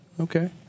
Okay